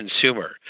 consumer